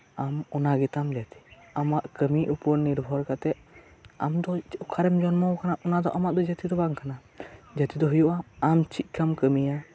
ᱟᱢ ᱚᱱᱟ ᱜᱮᱛᱟᱢ ᱡᱟᱹᱛᱤ ᱟᱢᱟᱜ ᱠᱟᱹᱢᱤ ᱩᱯᱚᱨ ᱱᱤᱨᱵᱷᱚᱨ ᱠᱟᱛᱮᱫ ᱟᱢ ᱫᱚ ᱚᱠᱨᱮᱢ ᱡᱚᱱᱢᱚ ᱟᱠᱟᱱᱟ ᱚᱱᱟᱫᱚ ᱟᱢᱟᱜ ᱫᱚ ᱡᱟᱹᱛᱤ ᱫᱚ ᱵᱟᱝ ᱠᱟᱱᱟ ᱡᱟᱹᱛᱤ ᱫᱚ ᱦᱩᱭᱩᱜ ᱟᱢ ᱪᱮᱫ ᱞᱮᱠᱟᱢ ᱠᱟᱹᱢᱤᱭᱟ